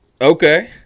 Okay